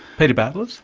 peter bartlett?